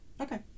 Okay